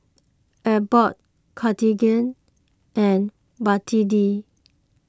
Abbott Cartigain and Betadine